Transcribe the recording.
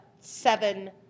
seven